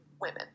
women